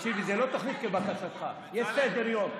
תקשיבי, זו לא תוכנית כבקשתך, יש סדר-יום.